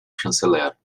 chanceler